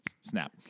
snap